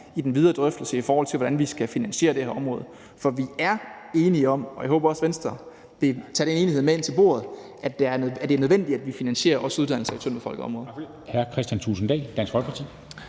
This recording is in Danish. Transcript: i den videre drøftelse om, hvordan vi skal finansiere det her område, for vi er enige om – og jeg håber også, at Venstre vil tage den enighed med ind til bordet – at det er nødvendigt, at vi finansierer vores uddannelser i tyndtbefolkede områder.